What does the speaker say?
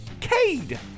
Cade